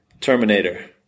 Terminator